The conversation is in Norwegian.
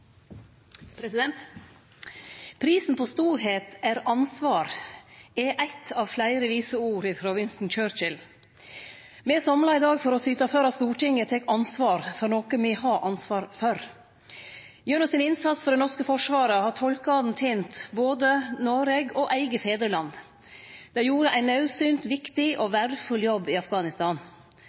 minutter. «Prisen på storhet er ansvar», er eitt av fleire vise ord frå Winston Churchill. Me er samla i dag for å syte for at Stortinget tek ansvar for noko me har ansvar for. Gjennom sin innsats for det norske forsvaret har tolkane tent både Noreg og eige fedreland. Dei gjorde ein naudsynt, viktig og verdfull jobb i Afghanistan.